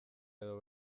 edo